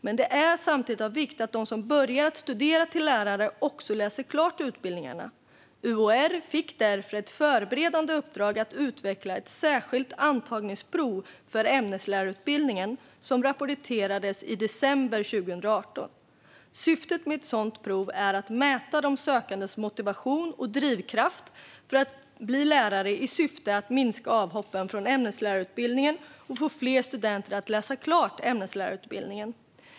Men det är samtidigt av vikt att de som börjar studera till lärare också läser klart utbildningarna. UHR fick därför ett förberedande uppdrag att utveckla ett särskilt antagningsprov för ämneslärarutbildningen, som rapporterades i december 2018. Syftet med ett sådant prov är att mäta de sökandes motivation och drivkraft att bli lärare i syfte att minska avhoppen från ämneslärarutbildningen och att få fler studenter att läsa klart ämneslärarutbildningen.